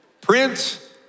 Prince